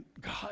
God